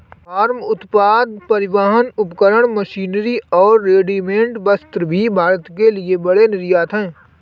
farm उत्पाद, परिवहन उपकरण, मशीनरी और रेडीमेड वस्त्र भी भारत के लिए बड़े निर्यात हैं